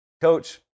coach